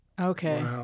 Okay